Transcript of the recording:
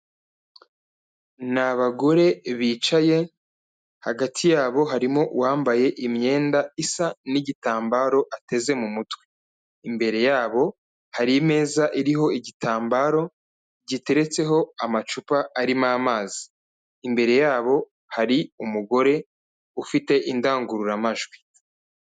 Ni abagore bicaye, hagati yabo harimo uwambaye imyenda isa n'igitambaro ateze mu mutwe. Imbere yabo hari imeza iriho igitambaro giteretseho amacupa arimo amazi. Imbere yabo hari umugore ufite indangururamajwi.